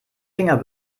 finger